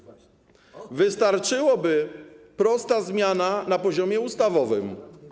Wystarczyłaby prosta zmiana na poziomie ustawowym.